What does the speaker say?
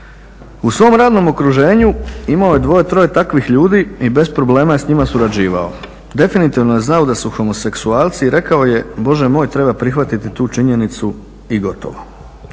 U svom radnom okruženju imao je dvoje-troje takvih ljudi i bez problema je s njima surađivao. Definitivno je znao da su homoseksualci i rekao je Bože moj, treba prihvatiti tu činjenicu i gotovo.